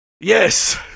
Yes